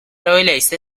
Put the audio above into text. öyleyse